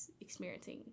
experiencing